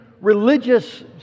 religious